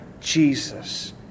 Jesus